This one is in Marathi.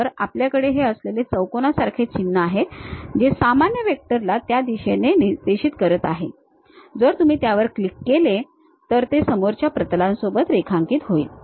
तर हे आपल्याकडे असलेले हे चौकोनासारखे चिन्ह आहे जे सामान्य वेक्टर ला त्या दिशेने निर्देशित करीत आहे जर तुम्ही त्यावर क्लिक केले तर ते समोरच्या प्रतलासोबत संरेखित होईल